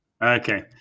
Okay